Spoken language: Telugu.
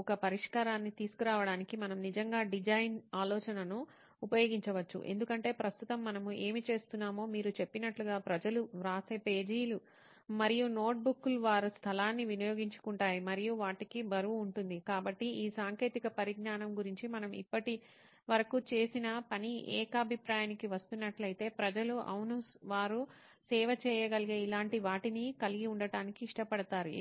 ఒక పరిష్కారాన్ని తీసుకురావడానికి మనము నిజంగా డిజైన్ ఆలోచనను ఉపయోగించవచ్చు ఎందుకంటే ప్రస్తుతం మనము ఏమి చేస్తున్నామో మీరు చెప్పినట్లుగా ప్రజలు వ్రాసే పేజీలు మరియు నోట్బుక్లు వారు స్థలాన్ని వినియోగించుకుంటాయి మరియు వాటికి బరువు ఉంటుంది కాబట్టి ఈ సాంకేతిక పరిజ్ఞానం గురించి మనం ఇప్పటివరకు చేసిన పని ఏకాభిప్రాయానికి వస్తున్నట్లయితే ప్రజలు అవును వారు సేవ్ చేయగలిగే ఇలాంటి వాటిని కలిగి ఉండటానికి ఇష్టపడతారు